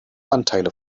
anteile